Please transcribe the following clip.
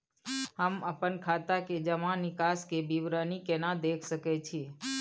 हम अपन खाता के जमा निकास के विवरणी केना देख सकै छी?